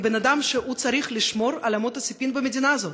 כאדם שצריך לשמור על אמות הספים במדינה הזאת.